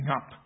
up